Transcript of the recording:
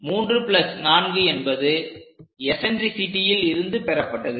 34 என்பது எசன்ட்ரிசிட்டியில் இருந்து பெறப்பட்டது